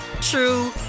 true